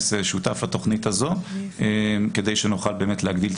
שייכנס כשותף לתכנית הזאת כדי שנוכל באמת להגדיל את